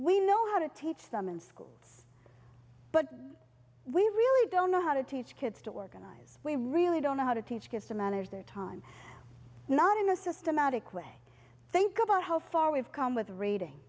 we know how to teach them in school but we really don't know how to teach kids to organize we really don't know how to teach kids to manage their time not in a systematic way think about how far we've come with a rating